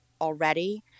already